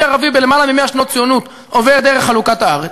ערבי ביותר מ-100 שנות ציונות עובר דרך חלוקת הארץ,